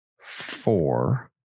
four